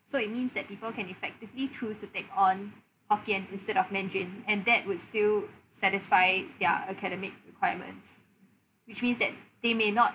so it means that people can effectively choose to take on hokkien instead of mandarin and that would still satisfy their academic requirements which means that they may not